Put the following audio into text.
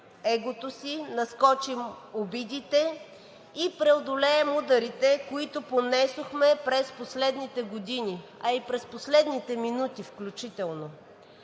егото си, надскочим обидите и преодолеем ударите, които понесохме през последните години, а и през последните минути включително.